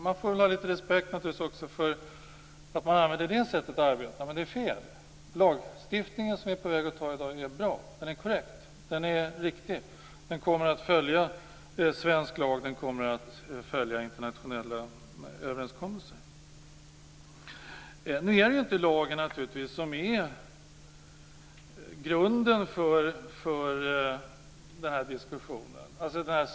Man får väl ha litet respekt också för att man använder det sättet att arbeta, men det är fel. Den lagstiftning som vi är på väg att besluta om i dag är bra. Den är korrekt. Den är riktig. Den kommer att följa svensk lag. Den kommer att följa internationella överenskommelser. Nu är det naturligtvis inte lagen som är grunden för den här diskussionen.